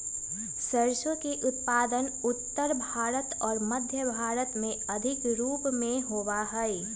सरसों के उत्पादन उत्तर भारत और मध्य भारत में अधिक रूप से होबा हई